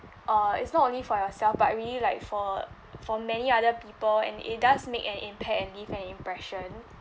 uh it's not only for yourself but really like for for many other people and it does make an impact and leave an impression